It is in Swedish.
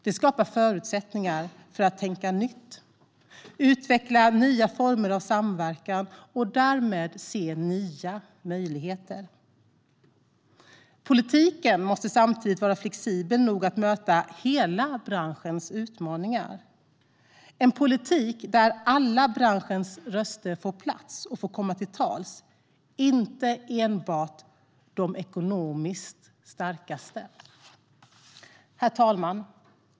Det skapar förutsättningar för att tänka nytt och utveckla nya former av samverkan och därmed se nya möjligheter. Politiken måste samtidigt vara flexibel nog att möta hela branschens utmaningar. Det ska vara en politik där alla branschens röster får plats och får komma till tals, inte enbart de ekonomiskt starkaste. Herr talman!